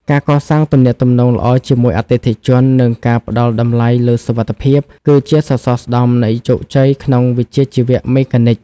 ការកសាងទំនាក់ទំនងល្អជាមួយអតិថិជន និងការផ្តល់តម្លៃលើសុវត្ថិភាព គឺជាសសរស្តម្ភនៃជោគជ័យក្នុងវិជ្ជាជីវៈមេកានិក។